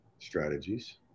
strategies